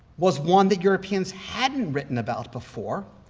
was one that europeans hadn't written about before,